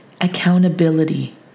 accountability